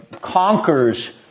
conquers